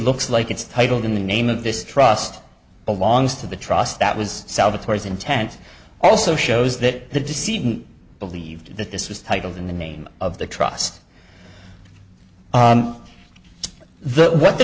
looks like it's titled in the name of this trust belongs to the trust that was salvatore's intent also shows that the deceiving believed that this was titled in the name of the trust that what the